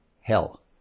hell